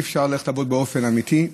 אי-אפשר ללכת לעבוד באופן אמיתי,